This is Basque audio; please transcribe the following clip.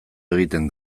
egiten